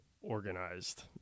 Organized